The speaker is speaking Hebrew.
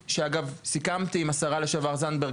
המציאות ועכשיו בונה תוכנית,